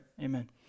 Amen